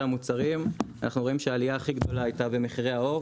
המוצרים אנחנו רואים שהעלייה הכי גדולה הייתה במחירי העוף,